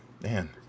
man